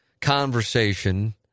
conversation